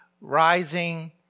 rising